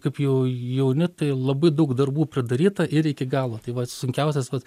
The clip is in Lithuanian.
kaip jau jauni tai labai daug darbų pridaryta ir iki galo tai vat sunkiausias vat